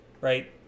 right